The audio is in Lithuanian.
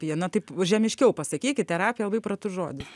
pija na taip žemiškiau pasakykit terapija labai pratus žodis